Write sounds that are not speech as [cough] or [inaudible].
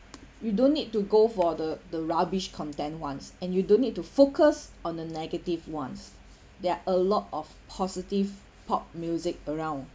you don't need to go for the the rubbish content ones and you don't need to focus on the negative ones [breath] there are a lot of positive pop music around